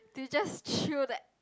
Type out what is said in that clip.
did you just throw that